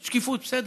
שקיפות, בסדר.